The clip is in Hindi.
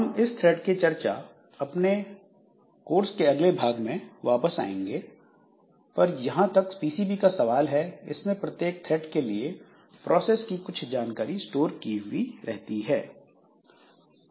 हम इस थ्रेड की चर्चा पर अपने कोर्स के अगले भाग में वापस आएंगे पर जहां तक पीसीबी का सवाल है इसमें प्रत्येक थ्रेड के लिए प्रोसेस की कुछ जानकारी स्टोर की हुई रहती है